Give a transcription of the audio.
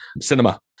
cinema